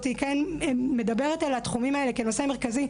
כן מדברת על התחומים האלה כנושא מרכזי,